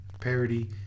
Parody